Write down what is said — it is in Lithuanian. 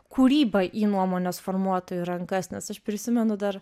kūrybą į nuomonės formuotojų rankas nes aš prisimenu dar